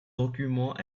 document